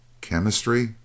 Chemistry